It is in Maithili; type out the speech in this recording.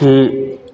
कि